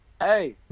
hey